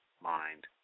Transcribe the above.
mind